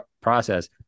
process